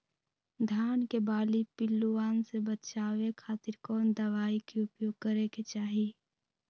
धान के बाली पिल्लूआन से बचावे खातिर कौन दवाई के उपयोग करे के चाही?